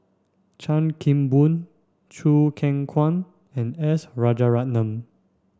Chan Kim Boon Choo Keng Kwang and S Rajaratnam